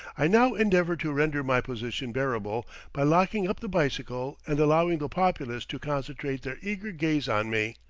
i now endeavor to render my position bearable by locking up the bicycle and allowing the populace to concentrate their eager gaze on me,